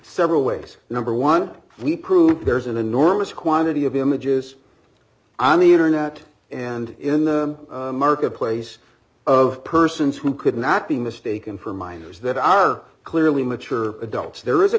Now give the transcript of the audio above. several ways number one we prove there's an enormous quantity of images on the internet and in the marketplace persons who could not be mistaken for minors that are clearly mature adults there is a